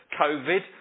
COVID